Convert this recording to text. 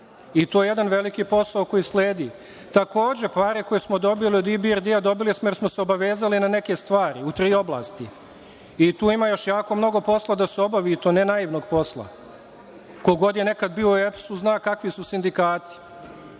To je jedan veliki posao koji sledi. Takođe, pare koje smo dobili od IBRD dobili smo jer smo se obavezali na neke stvari u tri oblasti. Tu ima još jako mnogo posla da se obavi i to ne naivnog posla. Ko god je nekad bio u EPS-u zna kakvi su sindikati,